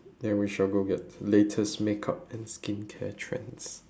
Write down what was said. then we shall go get latest makeup and skincare trends